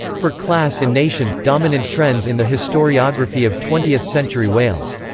for class and nation dominant trends in the historiography of twentieth-century wales.